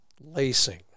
lacing